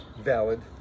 valid